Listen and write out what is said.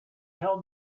tell